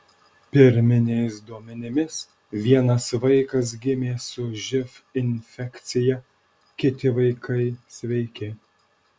pirminiais duomenimis vienas vaikas gimė su živ infekcija kiti vaikai sveiki